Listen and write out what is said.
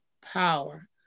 power